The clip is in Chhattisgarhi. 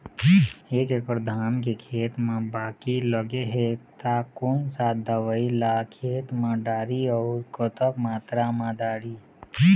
एक एकड़ धान के खेत मा बाकी लगे हे ता कोन सा दवई ला खेत मा डारी अऊ कतक मात्रा मा दारी?